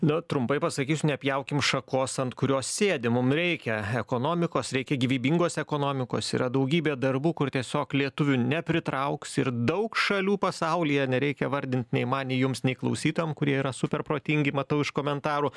nu trumpai pasakysiu nepjaukim šakos ant kurios sėdim mum reikia ekonomikos reikia gyvybingos ekonomikos yra daugybė darbų kur tiesiog lietuvių nepritrauks ir daug šalių pasaulyje nereikia vardint nei man nei jums nei klausytojam kurie yra super protingi matau iš komentarų